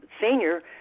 Senior